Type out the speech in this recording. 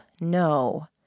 no